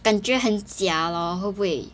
感觉很假咯会不会